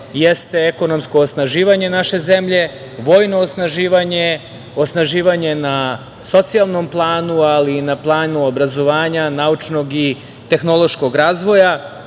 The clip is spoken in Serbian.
jeste ekonomsko osnaživanje naše zemlje, vojno osnaživanje, osnaživanje na socijalnom planu, ali i na planu obrazovanja, naučnog i tehnološkog razvoja. Ja